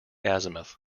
azimuth